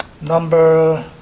number